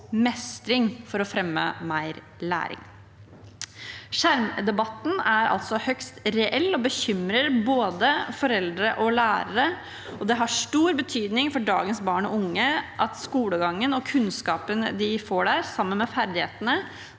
mestring for å fremme mer læring. Skjermdebatten er altså høyst reell og bekymrer både foreldre og lærere, og det har stor betydning for dagens barn og unge at skolegangen og kunnskapen de får der, sammen med ferdighetene,